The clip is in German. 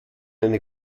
eine